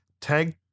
tag